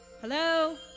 Hello